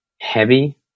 heavy